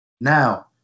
Now